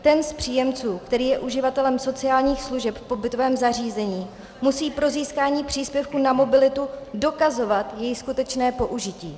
Ten z příjemců, který je uživatelem sociálních služeb v pobytovém zařízení, musí pro získání příspěvku na mobilitu dokazovat jeho skutečné použití.